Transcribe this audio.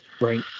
Right